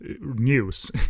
news